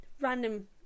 random